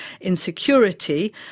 insecurity